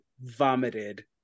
vomited